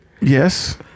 Yes